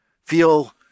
feel